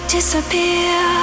Disappear